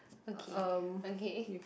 okay okay